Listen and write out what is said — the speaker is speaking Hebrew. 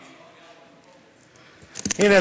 הנה,